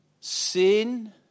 sin